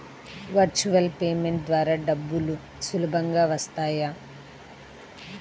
Virtual payment ద్వారా డబ్బులు సులభంగా వస్తాయా?